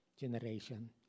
generation